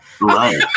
Right